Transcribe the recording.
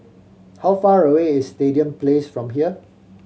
how far away is Stadium Place from here